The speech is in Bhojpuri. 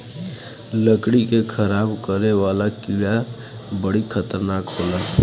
लकड़ी के खराब करे वाला कीड़ा बड़ी खतरनाक होला